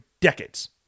decades